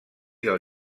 del